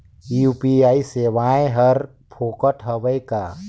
UPI सेवाएं हर फोकट हवय का?